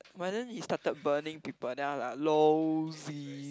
but then he started burning people then I'm like lolzy